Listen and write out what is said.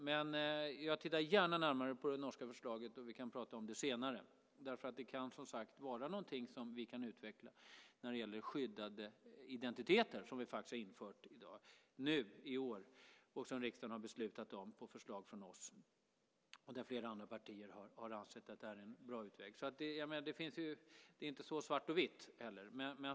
Men jag tittar gärna närmare på det norska förslaget. Vi kan prata om det senare. Det kan som sagt vara någonting som vi kan utveckla när det gäller skyddade identiteter, som vi faktiskt infört i år och som riksdagen har beslutat om på förslag från oss. Flera andra partier har ansett att det är en bra utväg. Det är inte bara svart och vitt.